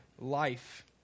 life